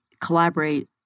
collaborate